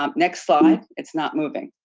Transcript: um next slide. it's not moving.